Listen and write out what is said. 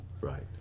Right